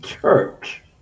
church